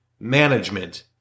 management